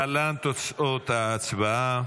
ההצבעה: